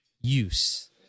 use